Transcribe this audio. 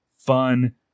fun